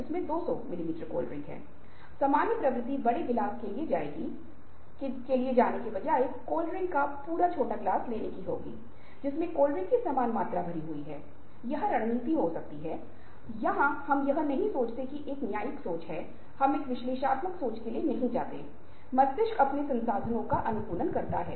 तो केंद्र में संचार कौशल एक तरह से यह हमारी शैली का उपयोग करके समझाने में मदद करेगा हमारे अच्छे शब्दों और वाक्यों का उपयोग करके सम्मान दिखाना भागीदारी दिखाना हमारी सहजता दिखाना ऐसी सभी चीजें हमारे संचार व्यवहार में महत्वपूर्ण हैं